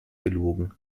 gelogen